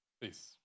Please